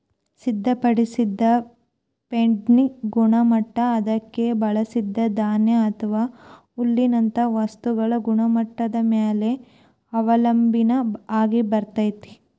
ಸಿದ್ಧಪಡಿಸಿದ ಫೇಡ್ನ ಗುಣಮಟ್ಟ ಅದಕ್ಕ ಬಳಸಿದ ಧಾನ್ಯ ಅಥವಾ ಹುಲ್ಲಿನಂತ ವಸ್ತುಗಳ ಗುಣಮಟ್ಟದ ಮ್ಯಾಲೆ ಅವಲಂಬನ ಆಗಿರ್ತೇತಿ